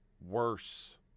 worse